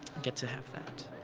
get to have that.